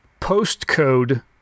postcode